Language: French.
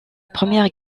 première